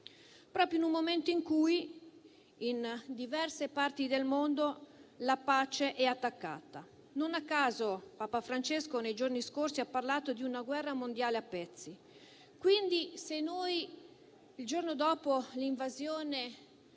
proprio in un momento in cui in diverse parti del mondo la pace è attaccata. Non a caso Papa Francesco nei giorni scorsi ha parlato di una guerra mondiale a pezzi. Se il giorno dopo l'invasione